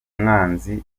mwanzi